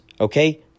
Okay